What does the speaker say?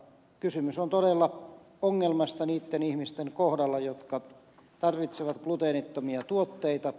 kysymys on todella ongelmasta niitten ihmisten kohdalla jotka tarvitsevat gluteenittomia tuotteita